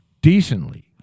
decently